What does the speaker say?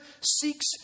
seeks